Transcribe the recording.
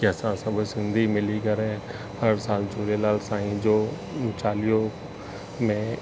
के असां सभु सिंधी मिली करे हर सालु झूलेलाल साईं जो चालीहो में